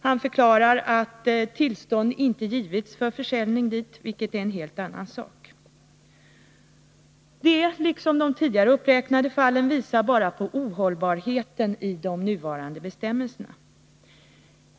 Han förklarar att tillstånd inte givits för försäljning dit, vilket är en helt annan sak. Detta liksom de tidigare uppräknade fallen visar bara på ohållbarheten i de nuvarande bestämmelserna.